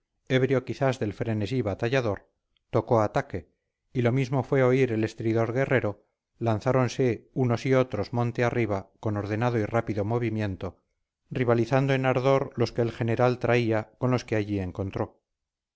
ebrio quizás del frenesí batallador tocó ataque y lo mismo fue oír el estridor guerrero lanzáronse unos y otros monte arriba con ordenado y rápido movimiento rivalizando en ardor los que el general traía con los que allí encontró